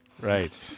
right